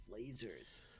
Lasers